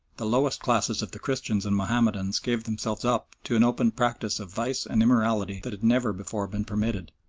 the lowest classes of the christians and mahomedans gave themselves up to an open practice of vice and immorality that had never before been permitted.